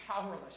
powerless